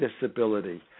disability